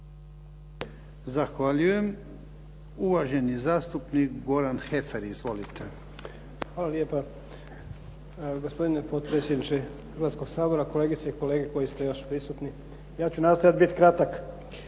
Zahvaljujem. Uvaženi zastupnik Goran Heffer. Izvolite. **Heffer, Goran (SDP)** Hvala lijepa gospodine potpredsjedniče Hrvatskog sabora, kolegice i kolege koji ste još prisutni. Ja ću nastojati biti kratak.